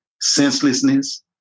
senselessness